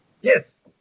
Yes